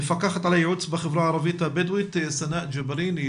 המפקחת על הייעוץ בחברה הערבית הבדואית סנא ג'בארין.